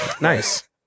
Nice